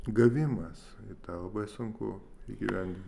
gavimas ir tą labai sunku įgyvendint